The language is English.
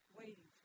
waiting